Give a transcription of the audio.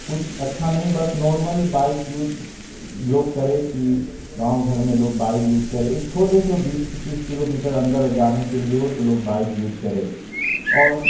کچھ اچھا نہیں بس نارمل بائک یوج لوگ کرے کہ گاؤں گھر میں لوگ بائی یوج کرے ایک چھوٹے سے بیس تیس کلو میٹر اندر جانے کے لیے ہو تو لوگ بائک یوج کرے اور